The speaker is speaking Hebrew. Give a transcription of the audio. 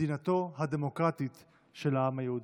מדינתו הדמוקרטית של העם היהודי.